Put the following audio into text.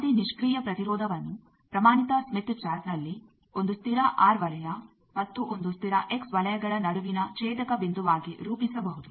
ಯಾವುದೇ ನಿಷ್ಕ್ರಿಯ ಪ್ರತಿರೋಧವನ್ನು ಪ್ರಮಾಣಿತ ಸ್ಮಿತ್ ಚಾರ್ಟ್ನಲ್ಲಿ ಒಂದು ಸ್ಥಿರ ಆರ್ ವಲಯ ಮತ್ತು ಒಂದು ಸ್ಥಿರ ಎಕ್ಸ್ ವಲಯಗಳ ನಡುವಿನ ಛೇದಕ ಬಿಂದುವಾಗಿ ರೂಪಿಸಬಹುದು